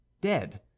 dead